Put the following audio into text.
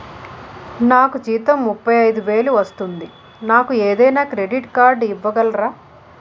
నాకు జీతం ముప్పై ఐదు వేలు వస్తుంది నాకు ఏదైనా క్రెడిట్ కార్డ్ ఇవ్వగలరా?